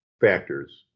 factors